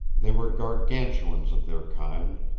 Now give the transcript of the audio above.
they were gargantuans of their kind,